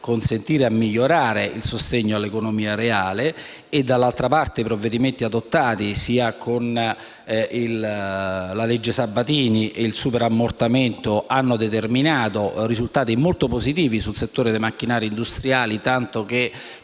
consentire il miglioramento del sostegno all'economia reale; dall'altra parte, i provvedimenti adottati, con la legge Sabatini e con il superammortamento, hanno determinato risultati molto positivi nel settore dei macchinari industriali, tanto che